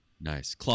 nice